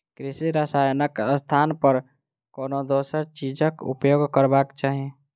कृषि रसायनक स्थान पर कोनो दोसर चीजक उपयोग करबाक चाही